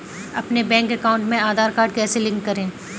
अपने bank account में Aadhaar card कैसे लिंक करें?